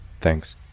Thanks